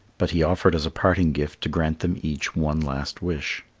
but he offered as a parting gift to grant them each one last wish.